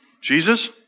Jesus